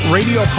Radio